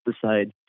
decide